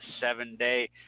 seven-day